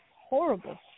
horrible